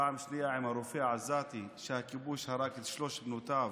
פעם שנייה עם הרופא העזתי שהכיבוש הרג את שלוש בנותיו,